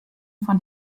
von